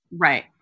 Right